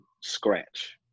scratch